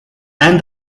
and